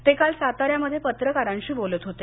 ते काल साता यामध्ये पत्रकारांशी बोलत होते